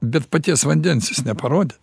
bet paties vandens jis neparodė